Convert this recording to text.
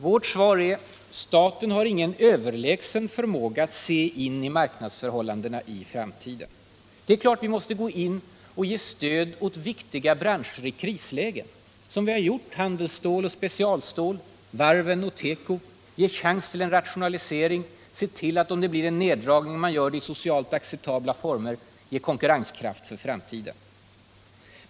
Vårt svar är: Staten har ingen överlägsen förmåga att se in i marknadsförhållandena i framtiden. Det är klart att vi måste gå in och ge stöd åt viktiga branscher i krislägen — såsom vi gjort när det gäller handelsstål, specialstål och teko — och ge chansen till en rationalisering och bättre konkurrenskraft för framtiden samt se till att en nödvändig neddragning sker i socialt acceptabla former.